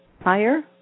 higher